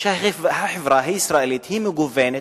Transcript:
שהחברה הישראלית היא מגוונת,